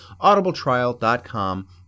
audibletrial.com